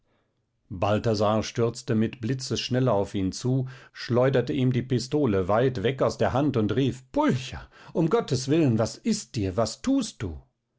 balthasar stürzte mit blitzesschnelle auf ihn zu schleuderte ihm die pistole weit weg aus der hand und rief pulcher um gottes willen was ist dir was tust du